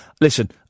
Listen